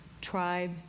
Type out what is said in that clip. tribe